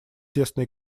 тесные